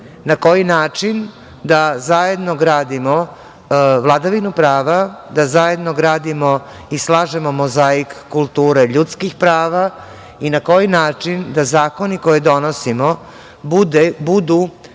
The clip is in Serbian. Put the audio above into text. na koji način da zajedno gradimo vladavinu prava, da zajedno gradimo i slažemo mozaik kulture ljudskih prava i na koji način da zakoni koje donosimo budu